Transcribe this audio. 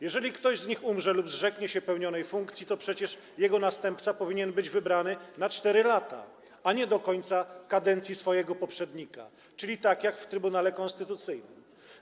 Jeżeli ktoś z nich umrze lub zrzeknie się pełnionej funkcji, to przecież jego następca powinien być wybrany na 4 lata, a nie do końca kadencji swojego poprzednika, czyli tak jak w Trybunale Konstytucyjnym.